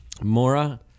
Mora